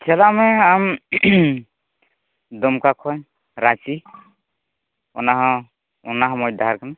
ᱪᱟᱞᱟᱜ ᱢᱮ ᱟᱢ ᱫᱩᱢᱠᱟ ᱠᱷᱚᱱ ᱨᱟᱸᱪᱤ ᱚᱱᱟ ᱦᱚᱸ ᱚᱱᱟ ᱦᱚᱸ ᱢᱚᱡᱽ ᱰᱟᱦᱟᱨ ᱠᱟᱱᱟ